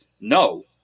no